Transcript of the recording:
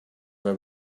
were